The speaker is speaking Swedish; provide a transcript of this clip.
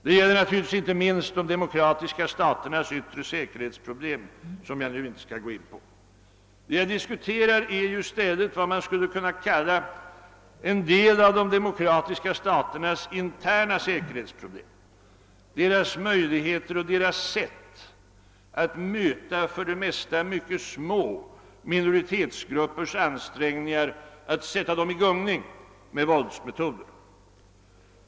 Det gäller naturligtvis inte minst de demokratiska staternas yttre säkerhetsproblem, som jag dock inte skall gå in på nu. Det jag här diskuterar är i stället vad man skulle kunna kalla en del av de demokratiska staternas interna säkerhetsproblem, deras möjligheter och deras sätt att möta för det mesta mycket små minoritetsgruppers ansträngningar att sätta dem i gungning med våldsmetoder.